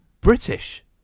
British